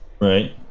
Right